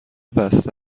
بسته